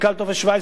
טופס 17,